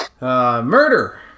Murder